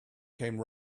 came